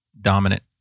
dominant